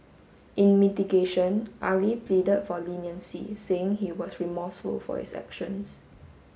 in mitigation Ali pleaded for leniency saying he was remorseful for his actions